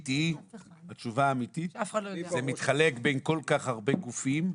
האמיתית היא שזה מתחלק בין כל כך הרבה גופים,